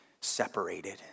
separated